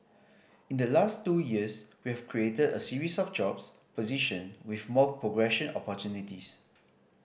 in the last two years we have created a series of jobs position with more progression opportunities